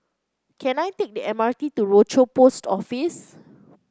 can I take the M R T to Rochor Post Office